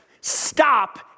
stop